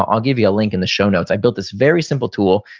i'll give you a link in the show notes. i built this very simple tool,